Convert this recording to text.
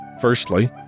Firstly